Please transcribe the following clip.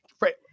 Right